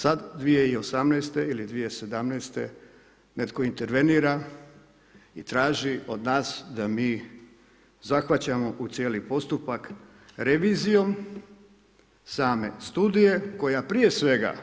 Sada 2018. ili 2017. netko intervenira i traži od nas da mi zahvaćamo u cijeli postupak revizijom same studije koja prije svega